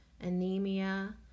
anemia